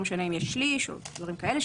לא משנה אם זה שליש או דברים כאלה,